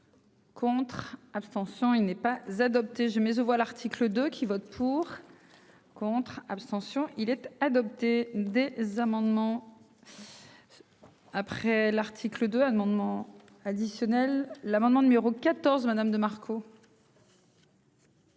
Contre, abstention il n'est pas adopté, j'ai mais voix l'article 2 qui votent pour. Contre, abstention il était adopté des amendements. Après l'article 2 amendements additionnels l'amendement numéro 14 Madame de Marco.